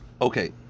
Okay